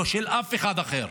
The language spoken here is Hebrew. לא של אף אחד אחר,